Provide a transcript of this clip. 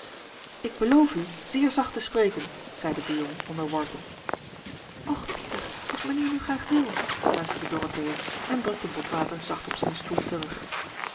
ik beloof u zeer zacht te spreken zeide de jong onderworpen och pieter als mijnheer nu graag wil fluisterde dorothea en drukte botwater zacht op zijn stoel terug